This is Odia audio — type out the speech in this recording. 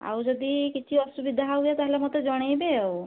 ଆଉ ଯଦି କିଛି ଅସୁବିଧା ହୁଏ ତାହାଲେ ମୋତେ ଜଣାଇବେ ଆଉ